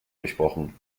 durchbrochen